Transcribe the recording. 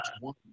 one